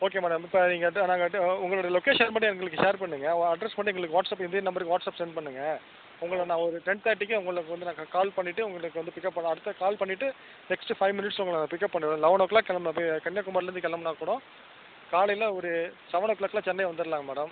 okay madam இப்போ நீங்கள் வந்து நாங்கள் வந்து உங்களோட லொக்கேஷன் மட்டும் எங்களுக்கு ஷேர் பண்ணுங்கள் உங்கள் அட்ரஸ் மட்டும் எங்களுக்கு வாட்ஸஅப் இதே நம்பருக்கு வாட்ஸஅப் சென்ட் பண்ணுங்கள் உங்களை நான் ஒரு டென் தேர்ட்டிக்கா உங்களுக்கு வந்து நான் கால் பண்ணிவிட்டு உங்களுக்கு வந்து பிக்அப் பண்ணுறோம் அடுத்த கால் பண்ணிட்டு நெக்ஸ்ட் ஃபைவ் மினிட்ஸில் உங்களை நான் பிக்அப் பண்ணுவேன் லெவன் ஓ க்ளாக் கிளம்புனா கன்னியாகுமரியிலிருந்து கிளம்புனா கூட காலையில் ஒரு செவன் ஓ க்ளாக்லாம் சென்னை வந்துடலாங்க மேடம்